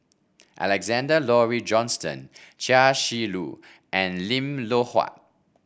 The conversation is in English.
Alexander Laurie Johnston Chia Shi Lu and Lim Loh Huat